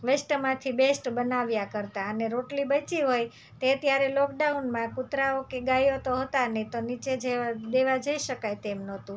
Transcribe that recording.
વેસ્ટમાંથી best બનાવ્યા કરતાં અને રોટલી બચી હોય તે ત્યારે લોકડાઉનમાં કુતરાઓ કે ગાયો તો હતાં નહીં તો નીચે દેવા જઈ શકાય તેમ નહોતું